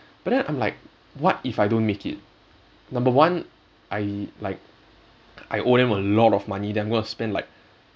but then I'm like what if I don't make it number one I like I owe them a lot of money then I'm going to spend like